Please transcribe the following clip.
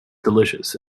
delicious